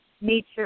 nature